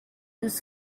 was